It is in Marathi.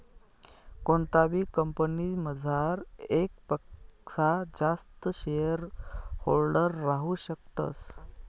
कोणताबी कंपनीमझार येकपक्सा जास्त शेअरहोल्डर राहू शकतस